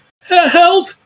help